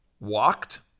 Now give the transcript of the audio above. walked